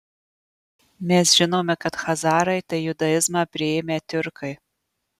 mes žinome kad chazarai tai judaizmą priėmę tiurkai